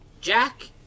Jack